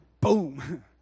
Boom